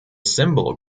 symbol